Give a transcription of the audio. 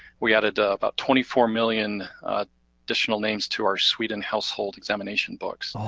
we added about twenty four million additional names to our sweden household examination books. oh,